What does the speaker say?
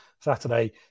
Saturday